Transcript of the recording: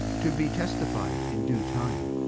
to be testified in due time.